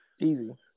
Easy